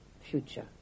future